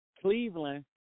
Cleveland